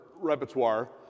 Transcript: Repertoire